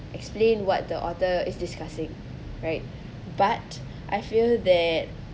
explain what the author is discussing right but I feel that